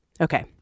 Okay